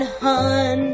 hun